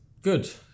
Good